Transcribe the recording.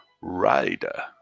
Rider